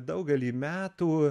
daugelį metų